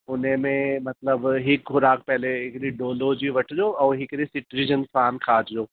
उने में मतिलबु हिकु ख़ुराक पहले हिकिड़ी डोलो जी वठिजो ऐं हिकिड़ी सिट्रिजन फ़ार्म खां जो